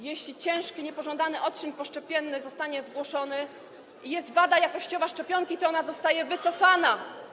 Jeśli ciężki niepożądany odczyn poszczepienny zostanie zgłoszony i jest wada jakościowa szczepionki, to ona zostaje wycofana.